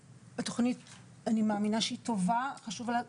אני מאמינה שהתוכנית טובה וחשובה.